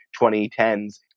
2010s